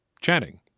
chatting